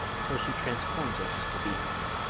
till she transforms us to beasts.